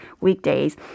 weekdays